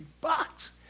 bucks